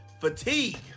fatigue